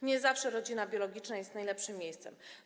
Nie zawsze rodzina biologiczna jest najlepszym miejscem.